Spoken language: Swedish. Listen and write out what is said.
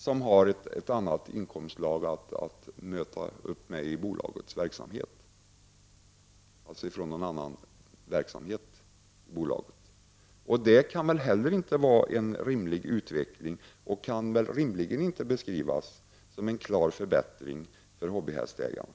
Där har man ett annat inkomstslag i bolagets verksamhet att möta detta med. Det kan väl inte heller vara en rimlig utveckling och kan väl inte beskrivas som en klar förbättring för hobbyhästägaren.